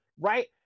Right